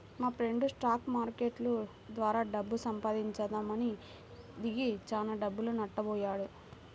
మాఫ్రెండు stock market ద్వారా డబ్బు సంపాదిద్దామని దిగి చానా డబ్బులు నట్టబొయ్యాడు